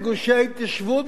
בגושי ההתיישבות,